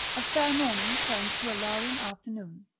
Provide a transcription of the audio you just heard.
a fair morning turns to a lowering afternoon.